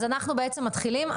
אז אנחנו בעצם מתחילים.